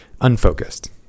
unfocused